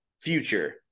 future